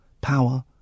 power